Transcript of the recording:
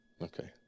Okay